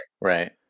Right